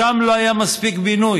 שם לא היה מספיק בינוי.